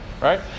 Right